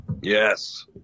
Yes